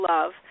Love